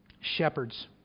Shepherds